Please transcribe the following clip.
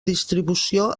distribució